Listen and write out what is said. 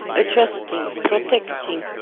adjusting, protecting,